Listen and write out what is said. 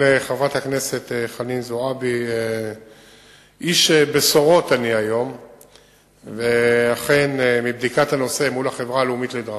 חברת הכנסת חנין זועבי שאלה את שר התחבורה והבטיחות בדרכים